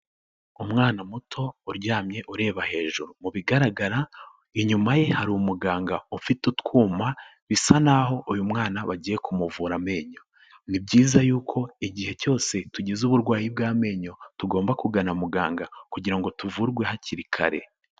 Umwana muto uryamye ureba hejuru. Mu bigaragara inyuma ye hari umuganga ufite utwuma bisa naho uyu mwana bagiye kumuvura amenyo. Ni byizayiza yuko igihe cyose tugize uburwayi bw'amenyo tugomba kugana muganga kugira ngo tuvurwe hakiri kare.